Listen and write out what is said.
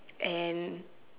and